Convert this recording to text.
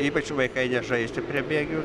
ypač vaikai nežaisti prie bėgių